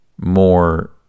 more